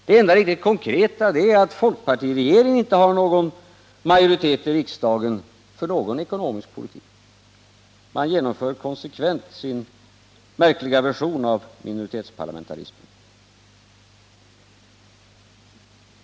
Det enda riktigt konkreta är att folkpartiregeringen inte har någon majoritet i riksdagen för någon ekonomisk politik. Man genomför konsekvent sin märkliga version av minoritetsparlamentarism.